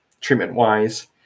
treatment-wise